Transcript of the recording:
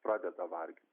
pradeda varginti